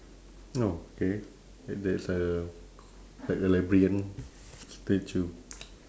oh K t~ that's like a like a librarian statue